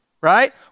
right